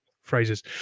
phrases